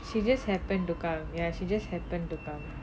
she just happened to come ya she just happened to come